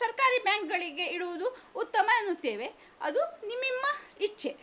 ಸರ್ಕಾರಿ ಬ್ಯಾಂಕ್ಗಳಿಗೆ ಇಡುವುದು ಉತ್ತಮ ಅನ್ನುತ್ತೇವೆ ಅದು ನಿಮ್ನಿಮ್ಮ ಇಚ್ಛೆ